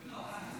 --- זה לא ברור.